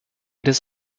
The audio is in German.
des